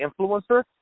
influencer